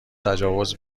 تجاوز